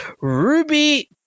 Ruby